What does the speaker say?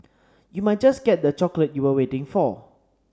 you might just get the chocolate you were waiting for